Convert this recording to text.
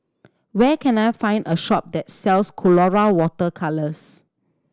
where can I find a shop that sells Colora Water Colours